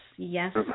Yes